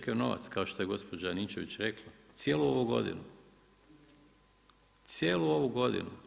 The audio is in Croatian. Kao što je gospođa Ninčević rekla, cijelu ovu godinu, cijelu ovu godinu.